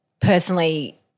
personally